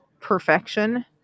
perfection